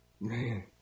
Man